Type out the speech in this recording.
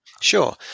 Sure